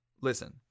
Listen